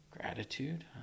gratitude